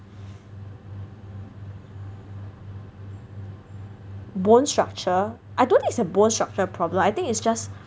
bone structure I don't think it's a bone structure problem I think it's just